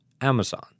Amazon